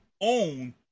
own